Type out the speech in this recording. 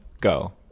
go